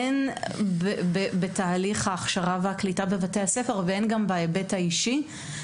הן בתהליך ההכשרה והקליטה בבתי הספר והן בהיבט האישי.